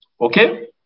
okay